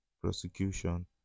prosecution